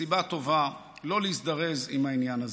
סיבה טובה לא להזדרז עם העניין הזה.